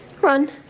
Run